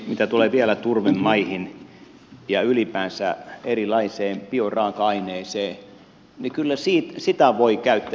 mitä tulee vielä turvemaihin ja ylipäänsä erilaiseen bioraaka aineeseen niin kyllä sitä voi käyttää